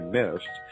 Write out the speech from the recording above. missed